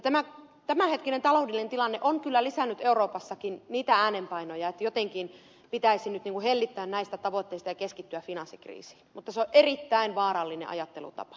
tämä tämänhetkinen taloudellinen tilanne on kyllä lisännyt euroopassakin niitä äänenpainoja että jotenkin pitäisi nyt niin kuin hellittää näistä tavoitteista ja keskittyä finanssikriisiin mutta se on erittäin vaarallinen ajattelutapa